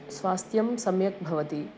स्वास्थ्यं सम्यक् भवति